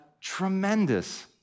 tremendous